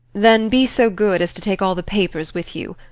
then be so good as to take all the papers with you.